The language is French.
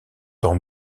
dans